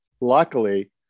luckily